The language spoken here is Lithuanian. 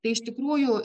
tai iš tikrųjų